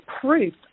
proof